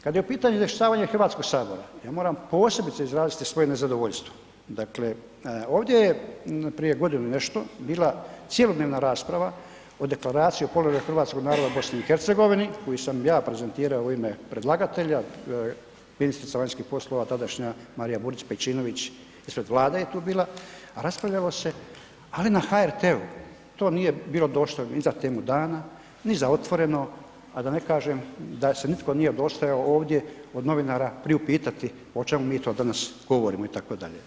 Kad je u pitanju izvještavanje HS, ja moram posebice izraziti svoje nezadovoljstvo, dakle ovdje je prije godinu i nešto bila cjelodnevna rasprava o Deklaraciji o položaju hrvatskog naroda u BiH koju sam ja prezentirao u ime predlagatelja, ministrica vanjskih poslova tadašnja Marija Burić Pejčinović ispred Vlade je tu bila, raspravljalo se, ali na HRT-u, to nije bilo dostojno ni za Temu dana, ni za Otvoreno, a da ne kažem da se nitko nije udostojao ovdje od novinara priupitati o čemu mi to danas govorimo itd.